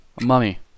mummy